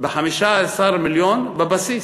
ב-15 מיליון בבסיס.